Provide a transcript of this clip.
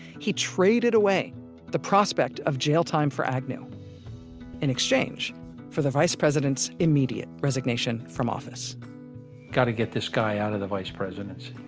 he traded away the prospect of jail time for agnew in exchange for the vice president's immediate resignation from office gotta get this guy out of the vice presidency.